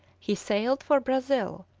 he sailed for brazil,